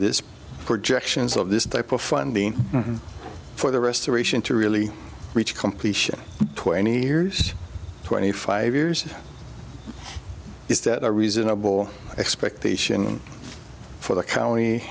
of this type of funding for the restoration to really reach completion twenty years twenty five years is that a reasonable expectation for the county